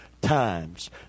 times